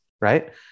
Right